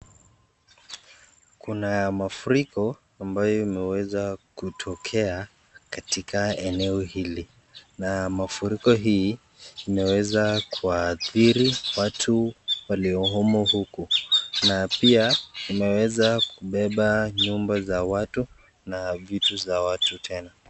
Kuna mafuriko ambayo imeweza kutokea katika eneo hili na mafuriko hii imeweza kuadhiri watu waliomo huku na pia imeweza kubeba nyumba za watu na vitu za watu tena.